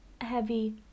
heavy